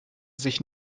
sich